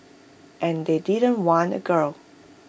and they didn't want A girl